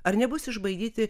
ar nebus išbaidyti